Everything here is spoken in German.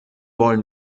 wollen